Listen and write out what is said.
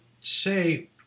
say